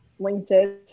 LinkedIn